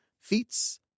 Feats